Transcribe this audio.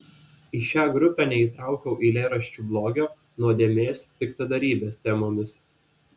į šią grupę neįtraukiau eilėraščių blogio nuodėmės piktadarybės temomis